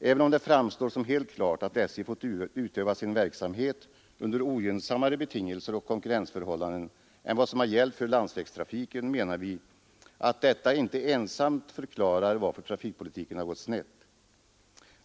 Även om det framstår som helt klart, att SJ har fått utöva sin verksamhet under ogynnsammare betingelser och konkurrensförhållanden än vad som har gällt för landsvägstrafiken, menar vi att detta inte ensamt förklarar varför trafikpolitiken har gått snett.